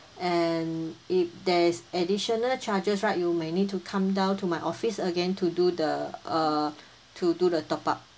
and if there's additional charges right you may need to come down to my office again to do the uh to do the top up